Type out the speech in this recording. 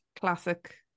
classic